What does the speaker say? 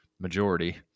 majority